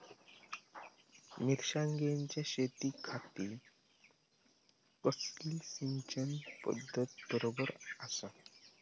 मिर्षागेंच्या शेतीखाती कसली सिंचन पध्दत बरोबर आसा?